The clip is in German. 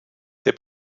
der